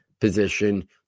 position